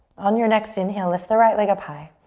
on your next inhale, lift the right leg up high.